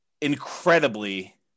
incredibly